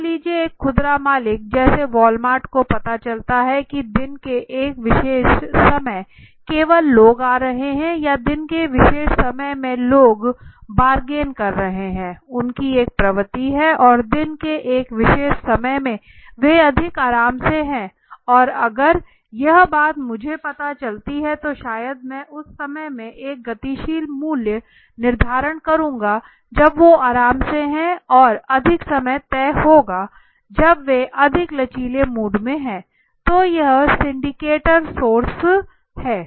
मान लीजिए एक खुदरा मालिक जैसे वॉलमार्ट को पता चलता है कि दिन के एक विशेष समय केवल लोग आ रहे हैं या दिन के विशेष समय में लोग बार्गेन कर रहे हैं उनकी एक प्रवृत्ति है और दिन के एक विशेष समय में वे अधिक आराम से हैं अगर यह बात मुझे पता चलती है तो शायद मैं उस समय में एक गतिशील मूल्य निर्धारण करूंगा जब वो आराम से हैं और अधिक समय तय होगा जब वे अधिक लचीला मूड में हैं तो यह सिंडिकेटर्स सोर्स है